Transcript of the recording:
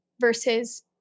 versus